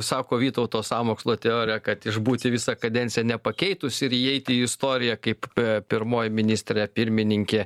sako vytauto sąmokslo teorija kad išbūti visą kadenciją nepakeitus ir įeiti į istoriją kaip pirmoji ministrė pirmininkė